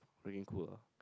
freaking cool lah